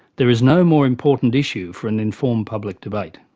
there is no more important issue for an informed public debate.